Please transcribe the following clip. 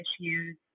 issues